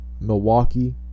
milwaukee